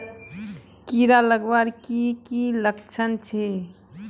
कीड़ा लगवार की की लक्षण छे?